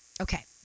Okay